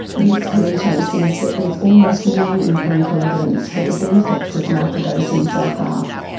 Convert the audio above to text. vince polito says that there's almost no empirical evidence for the benefits of microdosing so far.